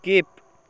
skip